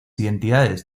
identidades